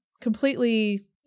completely